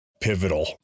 pivotal